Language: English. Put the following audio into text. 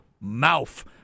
Mouth